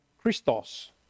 Christos